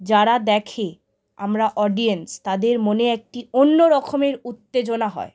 যারা দেখে আমরা অডিয়েন্স তাদের মনে একটি অন্য রকমের উত্তেজনা হয়